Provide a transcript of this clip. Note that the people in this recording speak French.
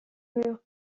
murs